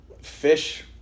fish